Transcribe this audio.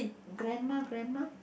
grandma grandma